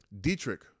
Dietrich